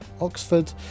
Oxford